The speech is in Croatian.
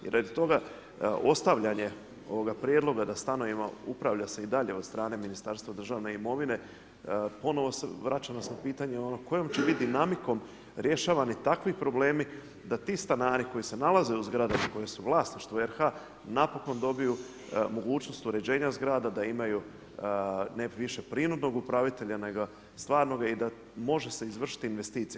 I radi toga, ostavljanje ovoga prijedloga da stanovima upravlja se i dalje od strane Ministarstva državne imovine ponovno vraća nas na pitanje ono kojom će biti dinamikom rješavani takvi problemi da ti stanari koji se nalaze u zgradama koje su vlasništvo RH napokon dobiju mogućnost uređenja zgrada da imaju ne više prinudnog upravitelja nego stvarnoga i da može se izvršiti investicije.